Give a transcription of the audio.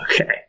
Okay